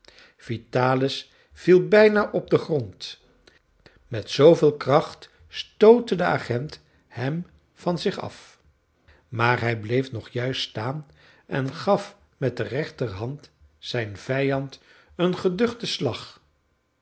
vitalis viel bijna op den grond met zooveel kracht stootte de agent hem van zich af maar hij bleef nog juist staan en gaf met de rechterhand zijn vijand een geduchten slag